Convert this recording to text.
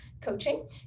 coaching